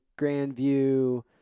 Grandview